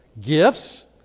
gifts